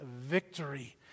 victory